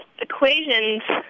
equations